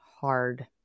hard